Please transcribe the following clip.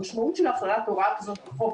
המשמעות של הכרעת הוראה כזאת בחוק,